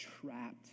trapped